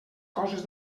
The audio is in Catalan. coses